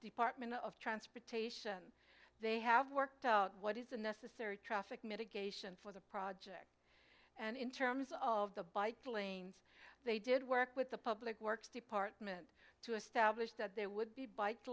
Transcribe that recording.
department of transportation they have worked out what is a necessary traffic mitigation for the project and in terms of the bike lanes they did work with the public works department to establish that there would be bike